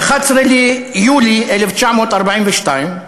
ב-11 ביולי 1942,